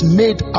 made